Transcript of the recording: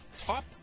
Top